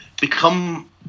become